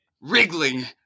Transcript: wriggling